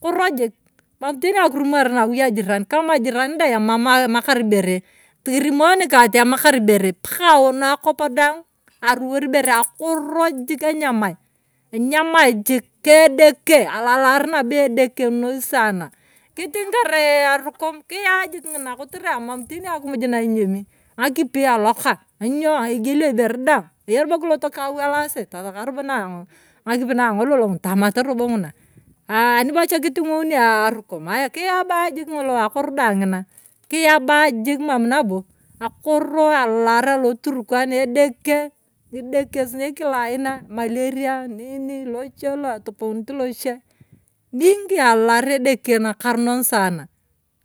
Akoro jik mam teni akirimor nawui ajiran. kama jiran dai emakar ibere. kirimo nikaali emakar ibere paka aono akop daang aruwari ibere akooro jik enyamae. enyamae jik. edeke alalaar nabo edeke noi saana kiting kadai arukoni kiyajuk ng'ina kotere emam teni akumuj na enyemi. ngakipi eloka ny'o egelio ibere daang ayerobo kilol kawalase taska robo ng'akipi na ang'olol robo ng'una aa anibocha akitung'uni aa arukum aya kiyabajik akoro da ng'ina kiyabajik mam nabo. akoro alalaar aloturkan. edeke ng'idekesinei kila aina. maleria nini lodile loetubonit luchie ating'i alalaar edeke nakaron saana.